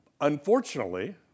Unfortunately